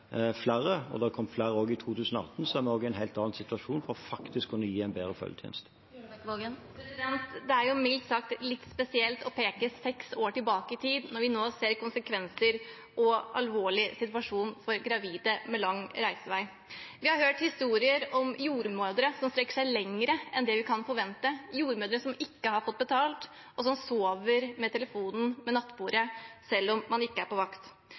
flere – det kom også flere i 2018 – er vi i en helt annen situasjon med tanke på å gi en bedre fødetjeneste. Elise Bjørnebekk-Waagen – til oppfølgingsspørsmål. Det er mildt sagt litt spesielt å peke seks år tilbake i tid når vi nå ser konsekvensene og en alvorlig situasjon for gravide med lang reisevei. Vi har hørt historier om jordmødre som strekker seg lengre enn vi kan forvente, jordmødre som ikke har fått betalt og som sover med telefonen ved nattbordet, selv om de ikke er på vakt.